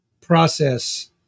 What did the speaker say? process